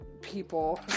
people